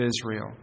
Israel